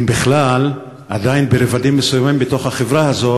אם בכלל עדיין ברבדים מסוימים בחברה הזאת